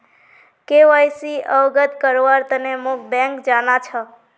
KYC अवगत करव्वार तने मोक बैंक जाना छ